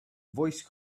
voice